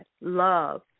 love